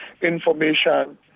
information